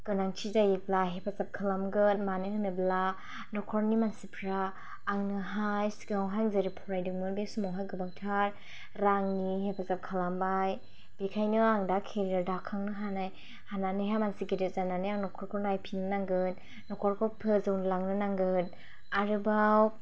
गोनांथि जायोब्ला हेफाजाब खालामगोन मानो होनोब्ला नखरनि मानसिफोरा आंनोहाय सिगाङाव जेरै फरायदोंमोन बे समावहाय गोबांथार रांनि हेफाजाब खालामबाय बेखायनो आं दाखांनो हानाय हानानै मानसि गेदेर जानानै नखरखौ नायफिननो नांगोन नखरखौ फोजौलांनो नांगोन आरोबाव